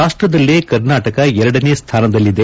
ರಾಷ್ನದಲೇ ಕರ್ನಾಟಕ ಎರಡನೇ ಸ್ಥಾನದಲ್ಲಿದೆ